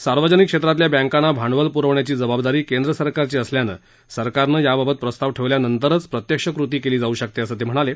सार्वजनिक क्षेत्रातील बँकांना भांडवल पुरवण्याची जबाबदारी केंद्र सरकारची असल्यामुळे सरकारनं याबाबत प्रस्ताव ठेवल्या नंतरच प्रत्यक्ष कृती केली जाऊ शकते असं ते म्हणाले